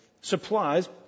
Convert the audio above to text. Supplies